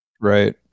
Right